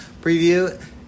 preview